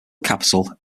capital